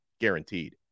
guaranteed